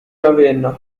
ravenna